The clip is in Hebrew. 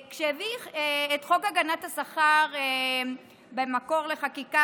כששר העבודה בזמנו מרדכי זמיר הביא את חוק הגנת השכר המקורי לחקיקה